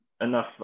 enough